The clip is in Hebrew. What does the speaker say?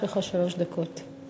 יש לך שלוש דקות.